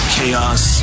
Chaos